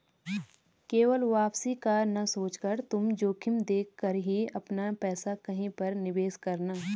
केवल वापसी का ना सोचकर तुम जोखिम देख कर ही अपना पैसा कहीं पर निवेश करना